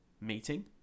meeting